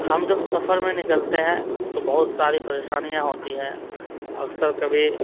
ہم جب سفر میں نکلتے ہیں تو بہت ساری پریشانیاں ہوتی ہیں اکثر کبھی